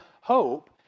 hope